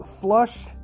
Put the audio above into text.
flushed